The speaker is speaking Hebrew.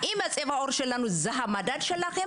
האם צבע העור שלנו זה המדד שלכם?